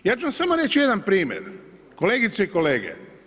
Ja ću vam samo reći jedan primjer, kolegice i kolege.